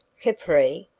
capri?